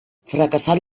fracassat